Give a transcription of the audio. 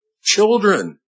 children